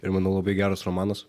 ir manau labai geras romanas